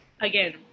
again